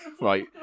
Right